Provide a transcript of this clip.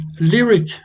lyric